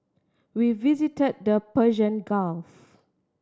we visit the Persian Gulf